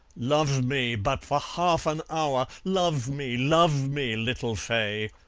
love me but for half an hour, love me, love me, little fay.